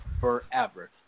forever